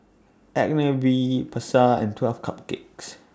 Agnes B Pasar and twelve Cupcakes